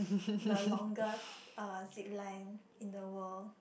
the longest uh zip line in the world